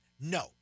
No